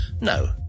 No